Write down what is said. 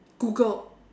Googled